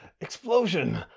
Explosion